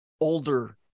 older